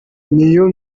niyo